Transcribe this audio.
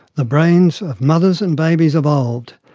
the brains of mothers and babies evolved,